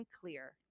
clear